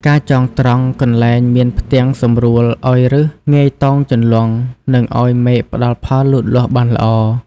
ការចងត្រង់ កន្លែងមានផ្ទាំងសំរួលឱ្យឫសងាយតោងជន្លង់ និង ឱ្យមែកផ្ដល់ផលលូតលាស់បានល្អ។